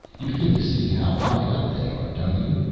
you begin to see how high up they are, don't you?